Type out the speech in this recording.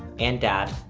and dad,